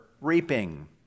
reaping